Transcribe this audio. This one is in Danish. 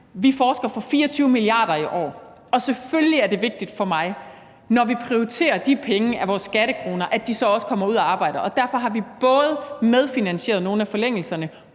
Vi forsker for 24 mia. kr. i år, og selvfølgelig er det vigtigt for mig, når vi prioriterer de penge af vores skattekroner, at de så også kommer ud og arbejder. Derfor har vi både medfinansieret nogle af forlængelserne,